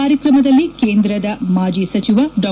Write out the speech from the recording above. ಕಾರ್ಯಕ್ರಮದಲ್ಲಿ ಕೇಂದ್ರದ ಮಾಜಿ ಸಚಿವ ಡಾ